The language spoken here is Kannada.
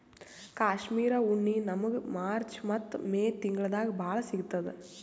ಕಾಶ್ಮೀರ್ ಉಣ್ಣಿ ನಮ್ಮಗ್ ಮಾರ್ಚ್ ಮತ್ತ್ ಮೇ ತಿಂಗಳ್ದಾಗ್ ಭಾಳ್ ಸಿಗತ್ತದ್